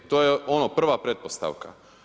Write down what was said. To je ono, prva pretpostavka.